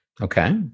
Okay